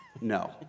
No